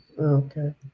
Okay